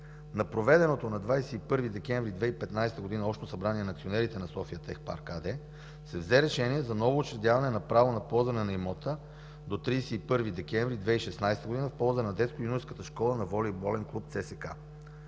На проведеното на 21 декември 2015 г. Общо събрание на акционерите на „София тех парк” АД се взе решение за ново учредяване на право на ползване на имота до 31 декември 2016 г. в полза на детско-юношеската школа на волейболен клуб ЦСКА.